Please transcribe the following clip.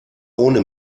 ohne